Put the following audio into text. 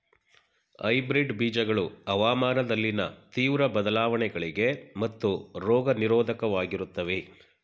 hybrid ಬೀಜಗಳು ಹವಾಮಾನದಲ್ಲಿನ ತೀವ್ರ ಬದಲಾವಣೆಗಳಿಗೆ ಮತ್ತು ರೋಗ ನಿರೋಧಕವಾಗಿರುತ್ತವೆ